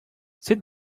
seat